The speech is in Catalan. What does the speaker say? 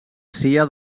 cia